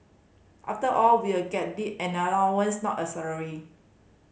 after all we'll get they an allowance not a salary